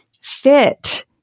fit